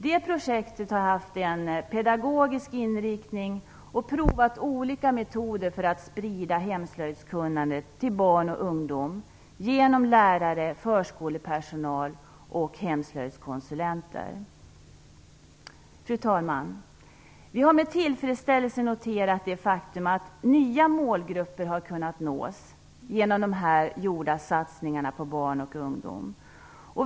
Det projektet har haft en pedagogisk inriktning, och man har provat olika metoder för att sprida hemslöjdskunnandet till barn och ungdom genom lärare, förskolepersonal och hemslöjdskonsulenter. Fru talman! Vi har med tillfredsställelse noterat det faktum att nya målgrupper har kunnat nås genom de gjorda satsningarna på barn och ungdom.